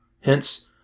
Hence